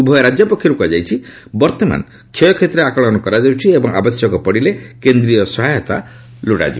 ଉଭୟ ରାଜ୍ୟ ପକ୍ଷରୁ କୁହାଯାଇଛି ବର୍ତ୍ତମାନ କ୍ଷୟକ୍ଷତିର ଆକଳନ କରାଯାଉଛି ଏବଂ ଆବଶ୍ୟକ ପଡ଼ିଲେ କେନ୍ଦ୍ରୀୟ ସହାୟତା ଲୋଡ଼ାଯିବ